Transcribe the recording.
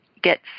get